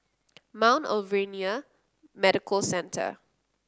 Mount Alvernia Medical Centre